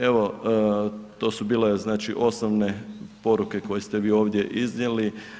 Evo, to su bile, znači, osnovne poruke koje ste vi ovdje iznijeli.